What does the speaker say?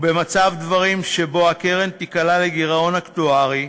ובמצב דברים שבו הקרן תיקלע לגירעון אקטוארי,